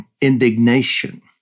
indignation